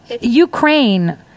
Ukraine